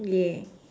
ya